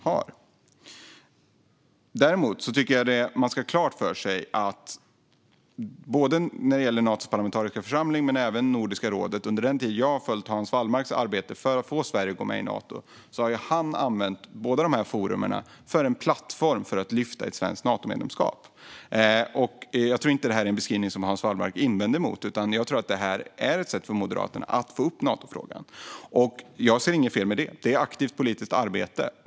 Men man ska ha en sak klar för sig när det gäller Natos parlamentariska församling och även Nordiska rådet. Under den tid jag har följt Hans Wallmarks arbete för att få Sverige att gå med i Nato har han använt båda dessa forum som plattformar för att lyfta upp ett svenskt Natomedlemskap. Jag tror inte att det är en beskrivning som Hans Wallmark invänder mot. Jag tror att det är ett sätt för Moderaterna att få upp Natofrågan. Jag ser inget fel i det. Det är aktivt politiskt arbete.